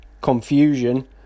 confusion